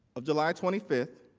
of july twenty fifth,